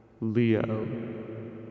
Leo